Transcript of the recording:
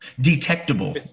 detectable